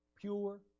pure